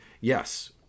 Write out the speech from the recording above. Yes